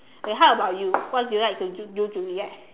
then how about you what do you like to do do to relax